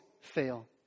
fail